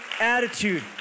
attitude